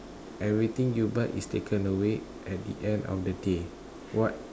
everything you buy is taken away at the end of the day what